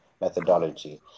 methodology